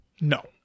No